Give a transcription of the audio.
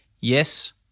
yes